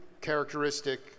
characteristic